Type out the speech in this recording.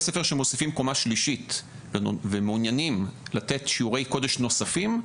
בתי ספר שמוסיפים קומה שלישית ומעוניינים לתת שיעורי קודש נוספים,